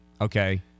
Okay